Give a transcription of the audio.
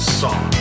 song